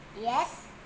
yes